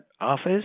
Office